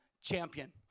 Champion